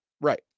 Right